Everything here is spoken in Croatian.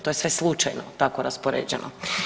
To je sve slučajno tako raspoređeno.